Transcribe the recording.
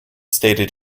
stated